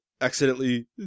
accidentally